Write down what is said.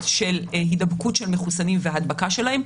של הידבקות של מחוסנים והדבקה שלהם,